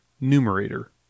numerator